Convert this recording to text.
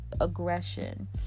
aggression